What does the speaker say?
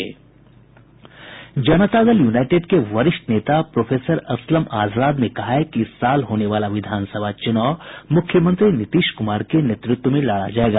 जनता Dal United के वरिष्ठ नेता प्रोफेसर असलम आजाद ने कहा है कि इस साल होने वाला विधानसभा चुनाव मुख्यमंत्री नीतीश कुमार के नेतृत्व में लड़ा जायेगा